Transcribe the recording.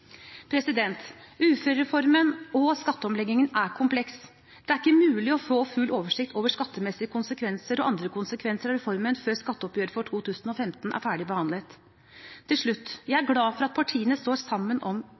Uførereformen og skatteomleggingen er kompleks. Det er ikke mulig å få full oversikt over skattemessige konsekvenser og andre konsekvenser av reformen før skatteoppgjøret for 2015 er ferdigbehandlet. Til slutt: Jeg er glad for at partiene står sammen om